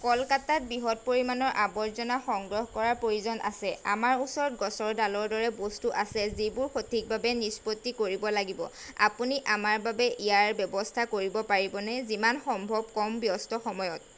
কলকাতাত বৃহৎ পৰিমাণৰ আৱৰ্জনা সংগ্ৰহ কৰাৰ প্ৰয়োজন আছে আমাৰ ওচৰত গছৰ ডালৰ দৰে বস্তু আছে যিবোৰ সঠিকভাৱে নিষ্পত্তি কৰিব লাগিব আপুনি আমাৰ বাবে ইয়াৰ ব্যৱস্থা কৰিব পাৰিবনে যিমান সম্ভৱ কম ব্যস্ত সময়ত